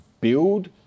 build